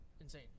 insane